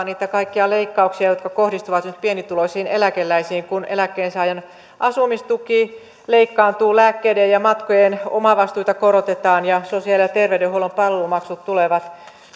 niitä kaikkia leikkauksia jotka kohdistuvat nyt pienituloisiin eläkeläisiin kun eläkkeensaajan asumistuki leikkaantuu lääkkeiden ja matkojen omavastuita korotetaan ja sosiaali ja terveydenhuollon palvelumaksut tulevat